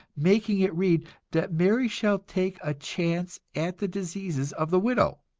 making it read that mary shall take a chance at the diseases of the widow.